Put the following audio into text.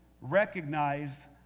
recognize